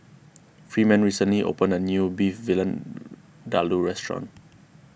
freeman recently opened a new Beef Vindaloo restaurant